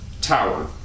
tower